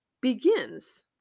begins